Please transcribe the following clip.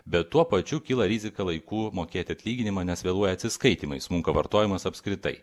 bet tuo pačiu kyla rizika laiku mokėti atlyginimą nes vėluoja atsiskaitymai smunka vartojimas apskritai